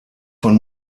von